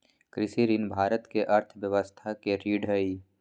कृषि ऋण भारत के अर्थव्यवस्था के रीढ़ हई